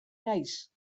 naiz